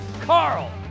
Carl